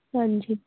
ਹਾਂਜੀ